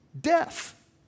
death